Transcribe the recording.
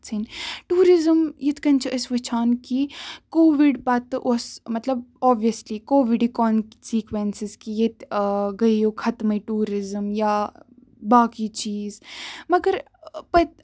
tourism یِتھ کَنۍ أسۍ وُچھان چھِ کہِ کووِڑ پَتہٕ اوس مطلب اوبویسلی مطلب کووِڈٕکۍ کانسِکیٚوینسز کہِ ییٚتہِ گٔیو خَتمٕے ٹیوٗرزٕم یا باقٕے چیٖز مَگر پٔتۍ